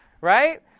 right